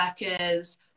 workers